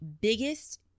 biggest